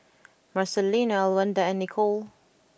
Marcelino Elwanda and Nicolle